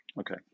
Okay